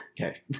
Okay